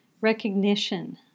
recognition